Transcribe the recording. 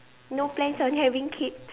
no plans on having kids